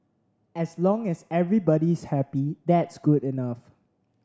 as long as everybody is happy that's good enough